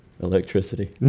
Electricity